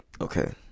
Okay